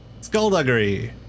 Skullduggery